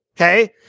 Okay